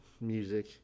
music